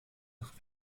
nach